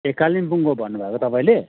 ए कालिम्पोङको भन्नुभएको तपाईँले